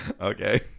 Okay